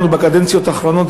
בקדנציות האחרונות,